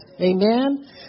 Amen